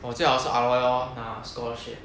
oh 最好是 aloy lor 拿 scholarship